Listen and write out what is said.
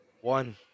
One